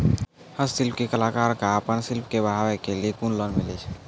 हस्तशिल्प के कलाकार कऽ आपन शिल्प के बढ़ावे के लेल कुन लोन मिलै छै?